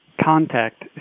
contact